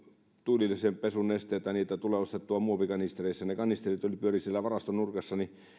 tuulilasien pesunesteitä tulee ostettua muovikanistereissa ja ne kanisterit pyörivät varaston nurkassa niin